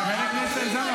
חבר הכנסת הרצנו.